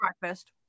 breakfast